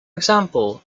example